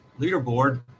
leaderboard